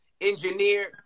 engineer